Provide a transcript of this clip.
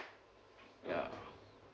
ya